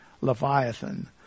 Leviathan